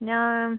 ഞാൻ